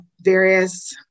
various